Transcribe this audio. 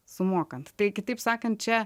sumokant tai kitaip sakant čia